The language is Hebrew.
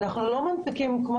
אנחנו לא מנפיקים כמות,